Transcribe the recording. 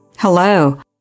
Hello